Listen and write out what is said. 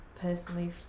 personally